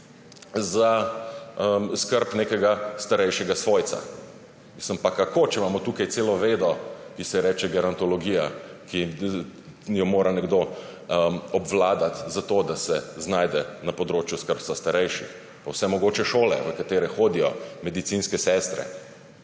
za skrb nekega starejšega svojca. Pa kako, če imamo tukaj celo vedo, ki se ji reče gerontologija, ki jo mora nekdo obvladati, da se znajde na področju skrbstva starejših, pa vse mogoče šole, v katere hodijo recimo medicinske sestre?